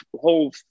whole